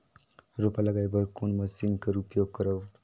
रोपा लगाय बर कोन मशीन कर उपयोग करव?